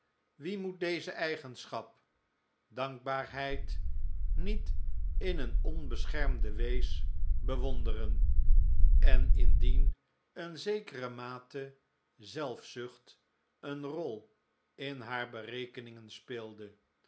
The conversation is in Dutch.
wie moet deze eigenschap dankbaarheid niet in een onbeschermde wees bewonderen en indien een zekere mate zelfzucht een rol in haar berekeningen speelde